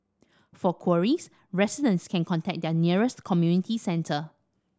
for queries residents can contact their nearest community centre